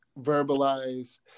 verbalize